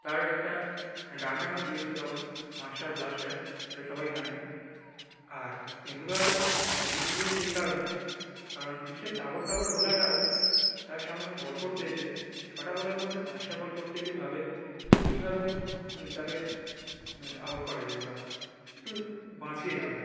তার একটা ডাকনামও দিয়েছিল তখন মাস্টার ব্লাস্টার সেটা সবাই জানেন আর তেন্দুলকারকে বেস্ট বলছি এই কারণে কারণ বিশ্বের তাবড় তাবড় বোলাররাও তার সামনে বল করতে এসে ছটা বলের মধ্যে পাঁচটা বল করতে গিয়ে ভাবে যে কীভাবে তাকে আউট করা যায় বা একটু বাঁচিয়ে যাওয়া যায়